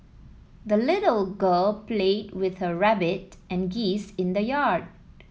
the little girl played with her rabbit and geese in the yard